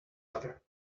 other